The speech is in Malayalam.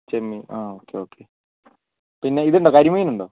ചെമ്മീൻ ആ ഓക്കെ ഓക്കെ പിന്നെ ഇതുണ്ടോ കരിമീൻ ഉണ്ടോ